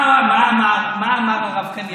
מה אמר הרב קניבסקי?